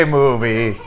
movie